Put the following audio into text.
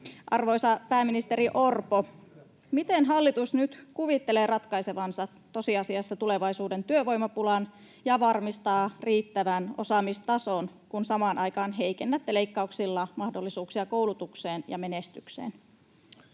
Arvoisa pääministeri Orpo, miten hallitus nyt kuvittelee ratkaisevansa tosiasiassa tulevaisuuden työvoimapulan ja varmistaa riittävän osaamistason, kun samaan aikaan heikennätte leikkauksilla mahdollisuuksia koulutukseen ja menestykseen?